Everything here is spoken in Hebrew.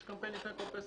יש קמפיין לפני כל פסח